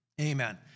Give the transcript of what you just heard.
Amen